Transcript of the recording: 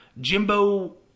Jimbo